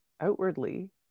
outwardly